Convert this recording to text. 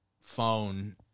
phone